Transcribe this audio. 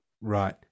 Right